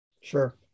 Sure